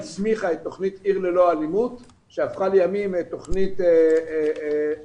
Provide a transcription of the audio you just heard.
הצמיחה את תוכנית עיר ללא אלימות שהפכה לימים לתוכנית לאומית,